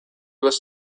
was